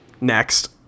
Next